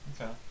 okay